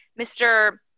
Mr